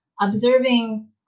observing